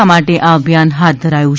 આ માટે આ અભિયાન હાથ ધરાયું છે